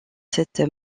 cette